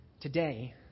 Today